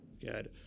Good